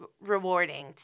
rewarding